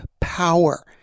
power